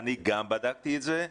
אני בדקתי את זה.